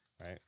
right